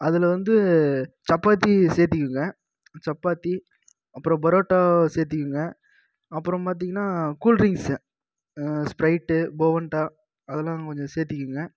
அதில் வந்து சப்பாத்தி சேர்த்திக்குங்க சப்பாத்தி அப்புறம் புரோட்டா சேர்த்திகுங்க அப்புறம் பார்த்திங்ன்னா கூல் ட்ரிங்ஸ் ஸ்ப்ரைட் பொவண்டோ அதெலாம் கொஞ்சம் சேர்த்திக்குங்க